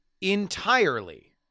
entirely